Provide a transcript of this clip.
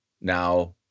now